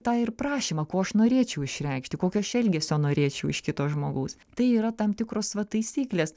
tą ir prašymą ko aš norėčiau išreikšti kokio aš elgesio norėčiau iš kito žmogaus tai yra tam tikros va taisyklės